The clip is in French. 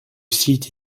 site